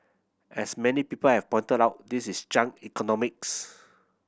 as many people have pointed out this is junk economics